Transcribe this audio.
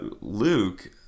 Luke